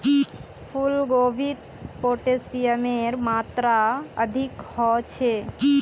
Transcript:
फूल गोभीत पोटेशियमेर मात्रा अधिक ह छे